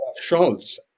Schultz